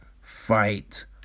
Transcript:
fight